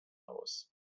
aus